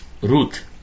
Ruth